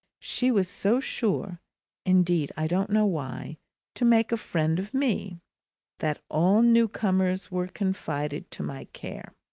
she was so sure indeed i don't know why to make a friend of me that all new-comers were confided to my care.